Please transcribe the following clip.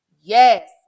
yes